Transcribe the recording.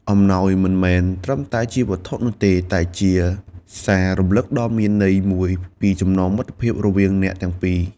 អំណោយមិនមែនត្រឹមតែជាវត្ថុនោះទេ តែជាសាររំលឹកដ៏មានន័យមួយពីចំណងមិត្តភាពរវាងអ្នកទាំងពីរ។